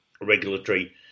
Regulatory